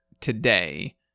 today